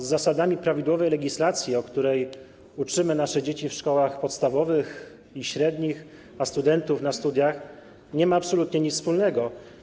Z zasadami prawidłowej legislacji, o której uczymy nasze dzieci w szkołach podstawowych i średnich, a studentów na studiach, nie ma to absolutnie nic wspólnego.